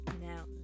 now